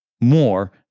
more